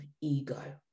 ego